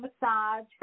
massage